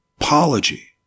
Apology